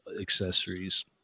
accessories